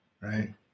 right